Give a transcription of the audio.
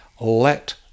Let